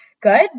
good